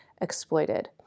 exploited